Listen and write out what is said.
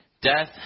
death